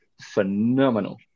phenomenal